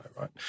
right